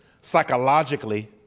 psychologically